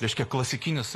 reiškia klasikinis